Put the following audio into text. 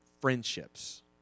friendships